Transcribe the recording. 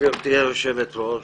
גברתי היושבת-ראש,